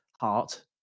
Heart